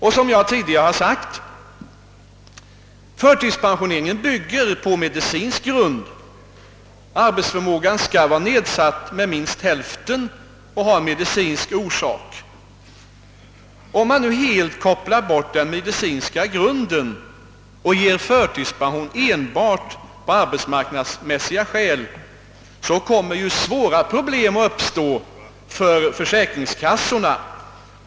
Förtidspensioneringen bygger som jag tidigare har sagt på medicinsk grund; arbetsförmågan skall vara nedsatt med minst hälften och ha medicinsk orsak. Om nu den medicinska grunden helt kopplas bort och förtidspensionen ges enbart på arbetsmarknadsmässiga skäl kommer svåra problem att uppstå för försäkringskassorna.